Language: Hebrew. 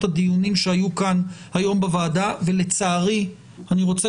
הדיונים שהיו כאן היום בוועדה ולצערי אני רוצה